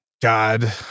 God